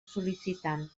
sol·licitant